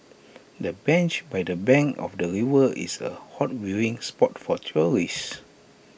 the bench by the bank of the river is A hot viewing spot for tourists